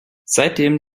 seitdem